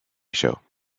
show